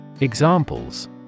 Examples